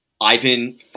ivan